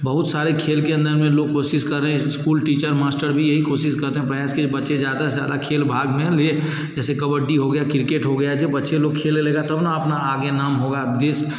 बहुत सारी खेल के अन्दर में लोग कोशिश कर रहें हैं इस्कूल टीचर मास्टर भी यही कोशिश करते हैं बैच के बच्चे ज़्यादा से ज़्यादा खेल भाग में ले जैसे कबड्डी हो गया क्रिकेट हो गया जब बच्चे लोग खेलेगा तब ना अपना आगे नाम होगा देश